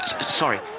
Sorry